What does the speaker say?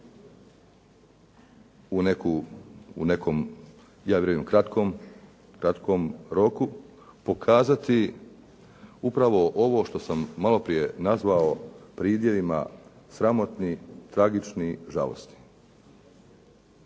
u nekom ja vjerujem kratkom roku pokazati upravo ovo što sam maloprije nazvao pridjevima sramotni, tragični, žalosni.